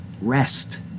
rest